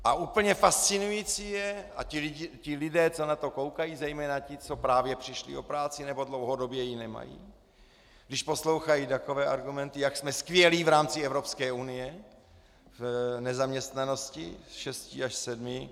A úplně fascinující je, a ti lidé, co na to koukají, zejména ti, kteří právě přišli o práci nebo dlouhodobě ji nemají, když poslouchají takové argumenty, jak jsme skvělí v rámci Evropské unie v nezaměstnanosti šestí až sedmí.